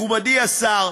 מכובדי השר,